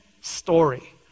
story